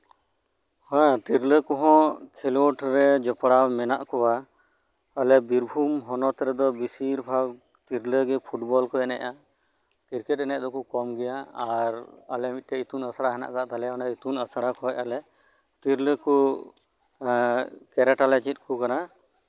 ᱦᱮᱸ ᱛᱤᱨᱞᱟᱹ ᱠᱚᱦᱚᱸ ᱠᱷᱮᱞᱳᱰ ᱨᱮ ᱡᱚᱯᱲᱟᱣ ᱢᱮᱱᱟᱜ ᱠᱚᱣᱟ ᱟᱞᱮ ᱵᱤᱨᱵᱷᱩᱢ ᱦᱚᱱᱚᱛ ᱨᱮᱫᱚ ᱵᱮᱥᱤᱨ ᱵᱷᱟᱜ ᱟᱞᱮ ᱛᱤᱨᱞᱟᱹ ᱠᱚᱜᱮ ᱯᱷᱩᱴᱵᱚᱞ ᱠᱚ ᱮᱱᱮᱡ ᱠᱟᱱᱟ ᱠᱤᱨᱠᱮᱴ ᱮᱱᱮᱡ ᱫᱚᱠᱚᱠ ᱠᱚᱢ ᱜᱮᱭᱟ ᱟᱞᱮ ᱢᱤᱫᱴᱮᱡ ᱤᱛᱩᱱ ᱟᱥᱲᱟ ᱢᱮᱱᱟᱜ ᱠᱟᱜ ᱛᱟᱠᱚᱣᱟ ᱤᱛᱩᱱ ᱟᱥᱲᱟ ᱠᱷᱚᱡ ᱟᱞᱮ ᱛᱤᱨᱞᱟᱹ ᱠᱚ ᱠᱮᱨᱟᱴᱤ ᱞᱮ ᱪᱮᱫ ᱟᱠᱚ ᱠᱟᱱᱟ